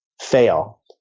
fail